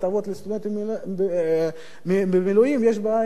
לסטודנטים שמשרתים במילואים יש בעיה.